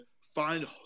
find